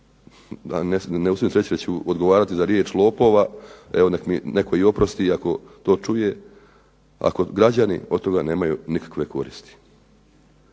ne usudim se reći jer ću odgovarati za riječ lopova, evo nek mi netko i oprosti ako to čuje, ako građani od toga nemaju nikakve koristi.